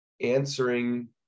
answering